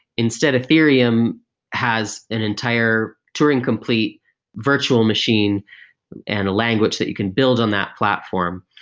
instead ethereum has an entire turing complete virtual machine and the language that you can build on that platform,